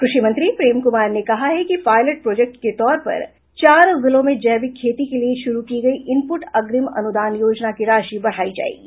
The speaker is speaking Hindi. कृषि मंत्री प्रेम कुमार ने कहा है कि पायलट प्रोजेक्ट के तौर पर चार जिलों में जैविक खेती के लिए शुरू की गयी इनपूट अग्रिम अनुदान योजना की राशि बढ़ायी जायेगी